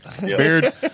beard